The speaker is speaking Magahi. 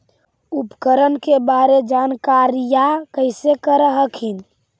उपकरण के बारे जानकारीया कैसे कर हखिन?